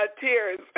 tears